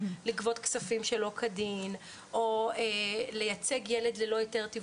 לגבות כספים שלא כדין או לייצג ילד ללא היתר תיווך.